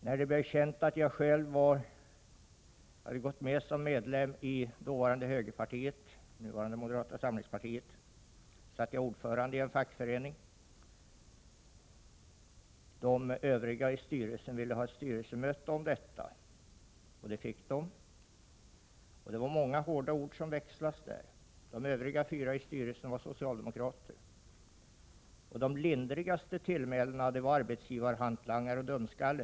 När det blev känt att jag hade gått med som medlem i dåvarande högerpartiet, nuvarande moderata samlingspartiet, var jag ordförande i en fackförening. De övriga fyra i styrelsen, som var socialdemokrater, ville ha ett styrelsemöte om detta, och det fick de. Det var många hårda ord som växlades där. De lindrigaste tillmälena var ”arbetsgivarhantlangare” och ”dumskalle”.